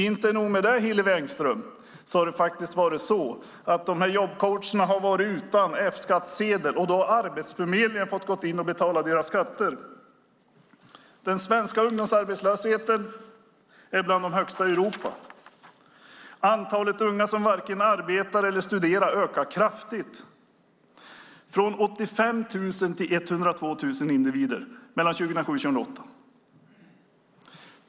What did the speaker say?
Inte nog med det, Hillevi Engström: Det är jobbcoacher som har varit utan F-skattsedel, och då har Arbetsförmedlingen fått gå in och betala deras skatter. Den svenska ungdomsarbetslösheten är bland de högsta i Europa. Antalet unga som varken arbetar eller studerar ökar kraftigt, från 85 000 till 102 000 individer mellan 2007 och 2208.